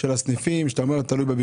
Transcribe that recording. האחריות עלינו היא כבדה מנשוא כי לטענתם